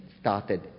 started